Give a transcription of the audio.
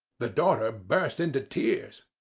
the daughter burst into tears.